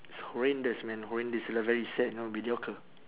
it's horrendous man horrendous like very sad you know mediocre